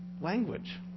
language